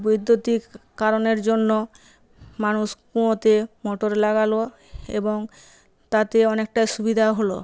বৈদ্যুতিক কারণের জন্য মানুষ কুঁয়োতে মোটর লাগালো এবং তাতে অনেকটা সুবিধা হল